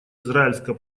израильско